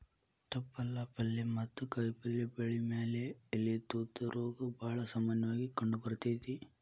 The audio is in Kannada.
ತಪ್ಪಲ ಪಲ್ಲೆ ಮತ್ತ ಕಾಯಪಲ್ಲೆ ಬೆಳಿ ಮ್ಯಾಲೆ ಎಲಿ ತೂತ ರೋಗ ಬಾಳ ಸಾಮನ್ಯವಾಗಿ ಕಂಡಬರ್ತೇತಿ